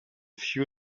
few